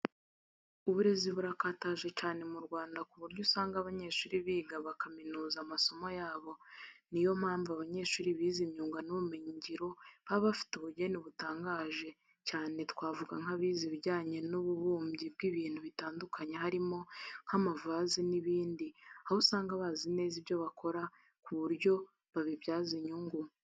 Uburezi burakataje cyane mu Rwanda ku buryo usanga abanyeshuri biga bakaminuza amasomo yabo, niyompamvu abanyeshuri bize imyuga n'ubumenyingiro baba bafite ubugeni butangaje cyane twavuga nk'abize ibijyanye n'ububumbyi bw'ibintu bitandukanye harimo nk'amavaze n'ibindi aho usanga bazi neza ibyo bakora ku buryo babibyaza inyungu.